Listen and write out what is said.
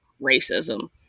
racism